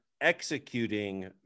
executing